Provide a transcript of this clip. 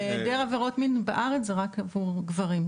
אבל היעדר עבירות מין בארץ זה רק עבור גברים,